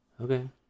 okay